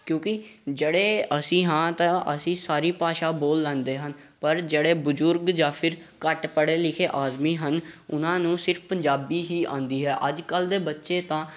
ਕਿਉਂਕਿ ਜਿਹੜੇ ਅਸੀਂ ਹਾਂ ਤਾਂ ਅਸੀਂ ਸਾਰੀ ਭਾਸ਼ਾ ਬੋਲ ਲੈਂਦੇ ਹਨ ਪਰ ਜਿਹੜੇ ਬਜ਼ੁਰਗ ਜਾਂ ਫਿਰ ਘੱਟ ਪੜ੍ਹੇ ਲਿਖੇ ਆਦਮੀ ਹਨ ਉਹਨਾਂ ਨੂੰ ਸਿਰਫ਼ ਪੰਜਾਬੀ ਹੀ ਆਉਂਦੀ ਹੈ ਅੱਜ ਕੱਲ੍ਹ ਦੇ ਬੱਚੇ ਤਾਂ